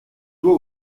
toi